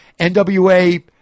NWA